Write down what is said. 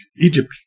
Egypt